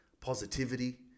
positivity